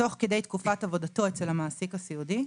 תוך כדי תקופת עבודתו אצל המעסיק הסיעודי,